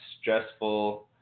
stressful